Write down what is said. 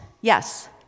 Yes